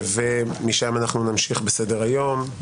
משם אנחנו נמשיך בסדר היום.